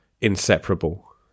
inseparable